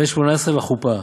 בן שמונה-עשרה לחופה,